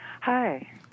Hi